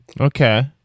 Okay